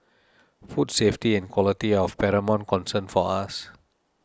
food safety and quality are of paramount concern for us